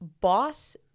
Boss